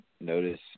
notice